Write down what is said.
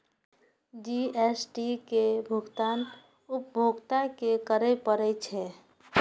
GST के भुगतान उपभोक्ता कें करय पड़ै छै